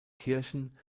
kirchen